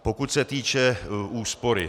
Pokud se týče úspory.